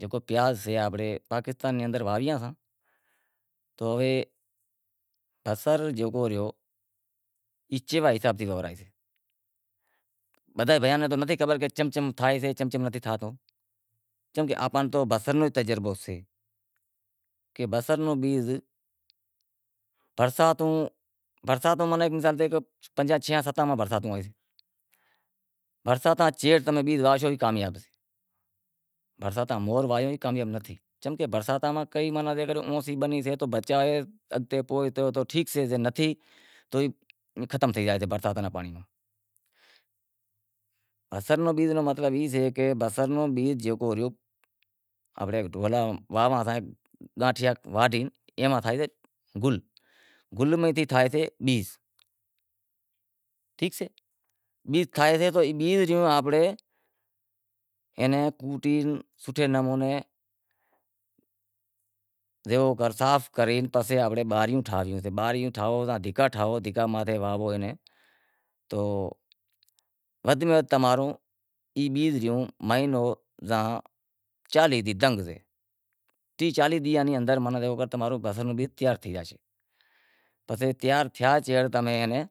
جیکو پیاز سے اماری، پاکستان نیں اندر واہویاساں تو ہوے بصر جکو ریو اے کیوے حساب سیں وہورائیجسے؟ بدہا ئی بھائیاں ناں تاں خبر ناں سے کہ چم چم تھائیتو، چم چم نتھی تھائیتو، چم کہ آپاں ناں تو بصر روں تجربو سے، برساتوں مقصد پنجاں چھاں ستاں برساتوں آیوں سوں، برساتاں چیٹ میں آوشیں ای کامیاب سیں، برساتاں موہر وہایو تو کامیاب نیں تھے چم کہ برساتاں ماں جے اونسی بنی سے تو بچائے اگتے پوئے تو ٹھیک سے جے نتھی تو ختم تھے زائے تی برساتاں رے پانڑی میں، بصر روں بیج روں مطلب ای سے کہ بصر روں بیج جکو ریو آنپڑا وڈا واہواسیئاں ڈانڈھیاں واڈھے، ایئے ماں تھائیسے گل، گل ماں تھائیسے بیج ٹھیک سے، بیج تھائیسے تو ای بیج ریوں وڑے سوٹھے نمونے زیووکر صاف کرے پسے آپاں نیں باریوں ٹھاوونڑوں سے، باریوں ٹھائو یا دیکا ٹھائو دیکا ماتھے واوو ودھ میں ودھ ای تمارو بیز مہینو یا چالیہہ ڈینہں دنگ تھے ٹیہہ چالیہہ ڈینہاں رے اندر جیووکر تمارو بﷺر رو بیج تیار تھائے زاشے، پسے تیار تیار تھیا جیوا تمیں،